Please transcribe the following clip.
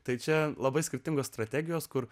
tai čia labai skirtingos strategijos kur